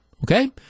Okay